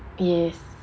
yes